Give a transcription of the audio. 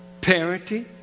parenting